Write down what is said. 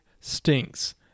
stinks